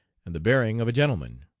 and the bearing of a gentleman.